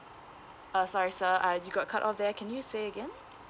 uh sorry sir uh you got cut off there can you say again